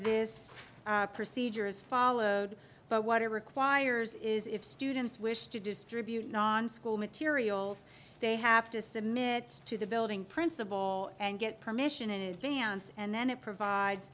this procedure is followed but what it requires is if students wish to distribute non school materials they have to submit to the building principal and get permission in advance and then it provides